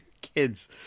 kids